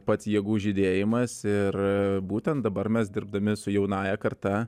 pats jėgų žydėjimas ir būtent dabar mes dirbdami su jaunąja karta